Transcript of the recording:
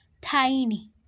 tiny